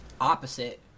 opposite